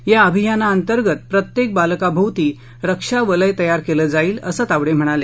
या अभियाना अंतर्गत प्रत्येक बालकाभोवती रक्षा वलय तयार केलं जाईल असं तावडे म्हणाले